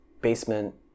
basement